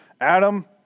Adam